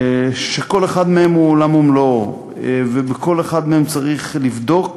שכל אחד מהם הוא עולם ומלואו ובכל אחד מהם צריך לבדוק